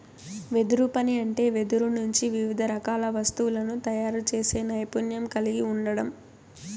వెదురు పని అంటే వెదురు నుంచి వివిధ రకాల వస్తువులను తయారు చేసే నైపుణ్యం కలిగి ఉండడం